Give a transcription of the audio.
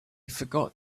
forgot